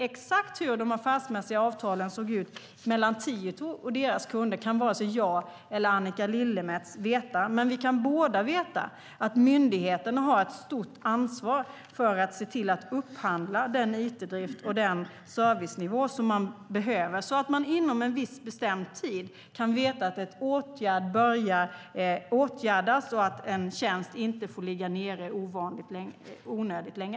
Exakt hur de affärsmässiga avtalen såg ut mellan Tieto och deras kunder kan varken du eller Annika Lillemets veta, men vi kan båda veta att myndigheterna har ett stort ansvar för att se till att upphandla den it-drift och den servicenivå som man behöver, så att man inom en viss, bestämd tid kan veta att ett problem börjar åtgärdas och att en viss tjänst inte får ligga nere onödigt länge.